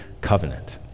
covenant